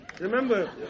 remember